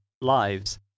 lives